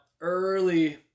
early